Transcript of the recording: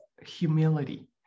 humility